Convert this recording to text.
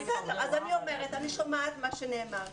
אני שומעת מה שנאמר כאן.